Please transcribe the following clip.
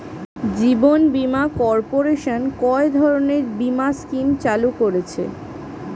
জীবন বীমা কর্পোরেশন কয় ধরনের বীমা স্কিম চালু করেছে?